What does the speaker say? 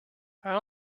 are